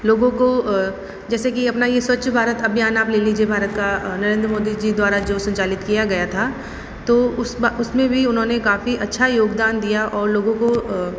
लोगों को जैसे कि अपना ये स्वच्छ भारत अभियान आप ले लीजिए भारत का नरेंद्र मोदी जी द्वारा जो संचालित किया गया था तो उस उसमें भी उन्होंने काफ़ी अच्छा योगदान दिया और लोगों को